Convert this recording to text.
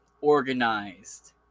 organized